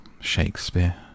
Shakespeare